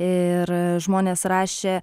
ir žmonės rašė